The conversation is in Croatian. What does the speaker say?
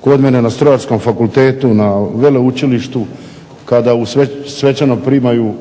kod mene na Strojarskom fakultetu na Veleučilištu kada svečano primaju